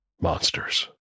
monsters